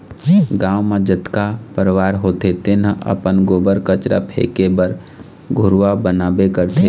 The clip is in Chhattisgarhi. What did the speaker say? गाँव म जतका परवार होथे तेन ह अपन गोबर, कचरा फेके बर घुरूवा बनाबे करथे